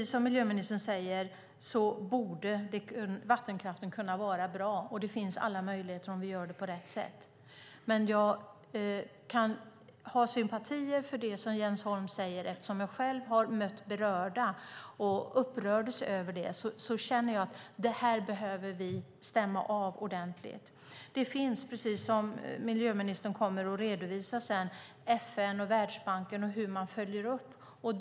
Som miljöministern säger borde vattenkraften kunna vara bra, och det finns alla möjligheter om vi gör det på rätt sätt. Jag kan ha sympatier för det som Jens Holm säger. Eftersom jag själv har mött berörda och blivit upprörd känner jag att detta är något som vi behöver stämma av. Som miljöministern kommer att redovisa handlar det om FN och Världsbanken och hur man följer upp detta.